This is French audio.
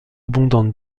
abondante